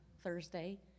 Thursday